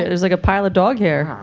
there's like a pile of dog hair.